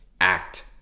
act